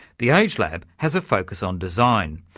the agelab has a focus on design,